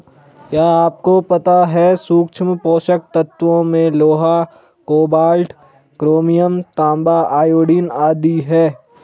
क्या आपको पता है सूक्ष्म पोषक तत्वों में लोहा, कोबाल्ट, क्रोमियम, तांबा, आयोडीन आदि है?